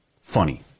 funny